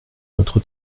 notre